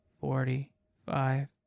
forty-five